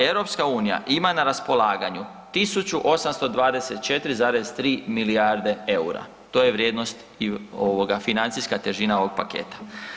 EU ima na raspolaganju 1.824,3 milijarde EUR-a, to je vrijednost i ovoga financijska težina ovog paketa.